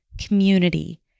community